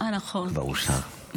כבר אושר.